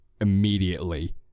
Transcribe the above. immediately